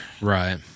Right